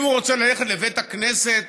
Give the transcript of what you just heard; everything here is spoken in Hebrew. אם הוא רוצה ללכת לבית הכנסת,